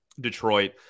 Detroit